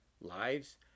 lives